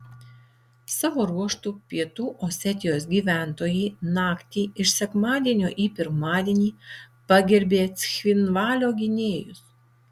savo ruožtu pietų osetijos gyventojai naktį iš sekmadienio į pirmadienį pagerbė cchinvalio gynėjus